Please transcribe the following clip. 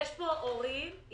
הם לא יסתירו מן הוועדה את הדברים.